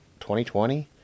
2020